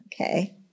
Okay